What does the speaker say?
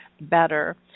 better